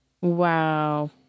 Wow